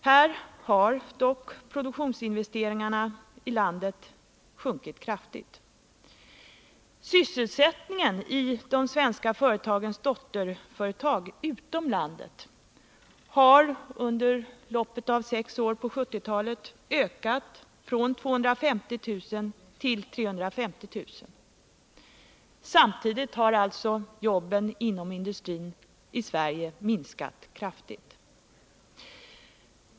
Här har emellertid produktionsinvesteringarna inom landet samtidigt minskat. Antalet sysselsatta i de svenska företagens dotterföretag utom landet har ökat från 250 000 till 350 000 under loppet av sex år på 1970-talet. Samtidigt har jobben inom industrin i Sverige minskat kraftigt.